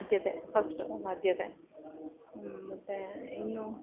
ಆದ್ಯತೆ ಫಸ್ಟ್ ಆದ್ಯತೆ ಮತ್ತು ಇನ್ನು